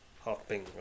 hopping